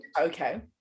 okay